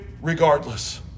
regardless